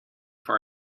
for